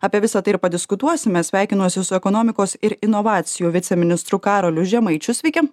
apie visa tai ir padiskutuosime sveikinuosi su ekonomikos ir inovacijų viceministru karoliu žemaičiu sveiki